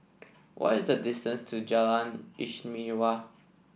what is the distance to Jalan Istimewa